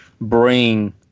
bring